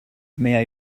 may